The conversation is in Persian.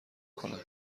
کند